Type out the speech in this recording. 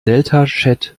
deltachat